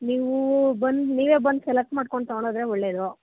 ನೀವು ಬಂದು ನೀವೇ ಬಂದು ಸೆಲೆಕ್ಟ್ ಮಾಡ್ಕೊಂಡು ತಗೊಂಡು ಹೋದ್ರೆ ಒಳ್ಳೆಯದು